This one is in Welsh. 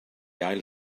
ail